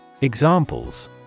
Examples